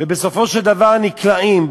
ובסופו של דבר נקלעים